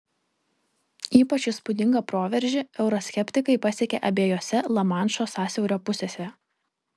ypač įspūdingą proveržį euroskeptikai pasiekė abiejose lamanšo sąsiaurio pusėse